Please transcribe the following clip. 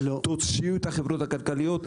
תוציאו את החברות הכלכליות.